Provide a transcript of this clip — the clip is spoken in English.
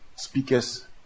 Speakers